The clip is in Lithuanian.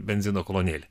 benzino kolonėlė